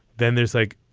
then there's like.